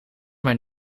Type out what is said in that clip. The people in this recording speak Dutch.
maar